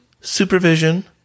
supervision